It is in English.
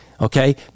okay